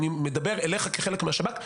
אני מדבר אליך כחלק מהשב"כ,